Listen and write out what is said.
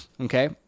okay